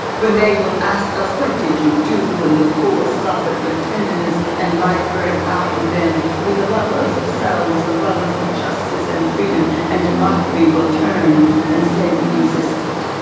when they will ask us what did you do when the poor suffered, when tenderness and life burn out in them. with the lovers of cells, the lovers of justice, and freedom, and democracy will turn and say we resisted.